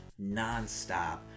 nonstop